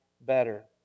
better